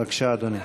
בבקשה, אדוני.